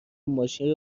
ماشین